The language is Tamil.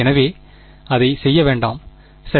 எனவே அதை செய்ய வேண்டாம் சரி